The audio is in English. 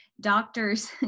doctors